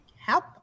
help